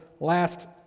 last